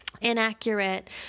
Inaccurate